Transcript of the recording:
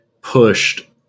pushed